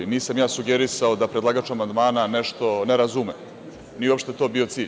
Nisam ja sugerisao da predlagač amandmana nešto ne razume, nije uopšte to bio cilj.